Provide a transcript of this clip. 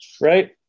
right